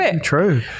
true